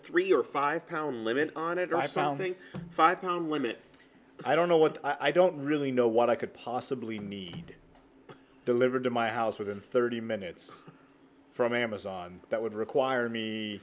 three or five pound limit on it i found a five pound limit i don't know what i don't really know what i could possibly need delivered to my house within thirty minutes from amazon that would require me